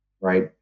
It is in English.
right